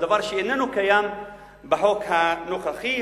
דבר שאיננו קיים בחוק הנוכחי.